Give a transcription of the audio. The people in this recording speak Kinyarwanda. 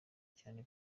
cyane